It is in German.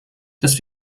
dass